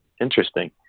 Interesting